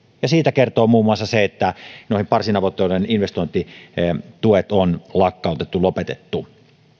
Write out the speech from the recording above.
siitä kertoo muun muassa se että noiden parsinavettojen investointituet on lakkautettu lopetettu